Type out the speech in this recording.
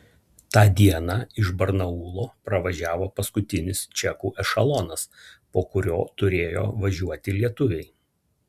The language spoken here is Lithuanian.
tą dieną iš barnaulo pravažiavo paskutinis čekų ešelonas po kurio turėjo važiuoti lietuviai